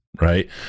right